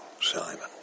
Simon